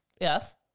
Yes